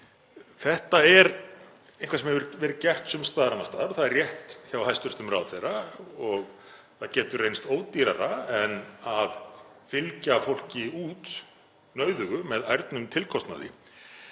Þetta er eitthvað sem hefur verið gert sums staðar annars staðar, það er rétt hjá hæstv. ráðherra, og það getur reynst ódýrara en að fylgja fólki út nauðugu með ærnum tilkostnaði.